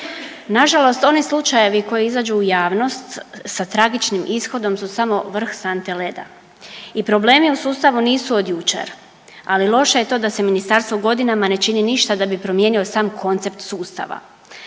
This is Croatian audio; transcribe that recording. Nažalost oni slučajevi koji izađu u javnost sa tragičnim ishodom su samo vrh sante leda i problemi u sustavu nisu od jučer, ali loše je to da se ministarstvo godinama ne čini ništa da bi promijenio sam koncept sustava.